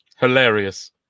hilarious